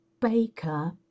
baker